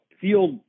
field